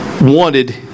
wanted